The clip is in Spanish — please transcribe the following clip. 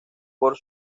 por